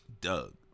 Doug